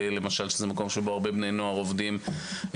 שבה עובדים הרבה בני נוער,